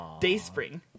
Dayspring